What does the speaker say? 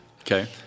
Okay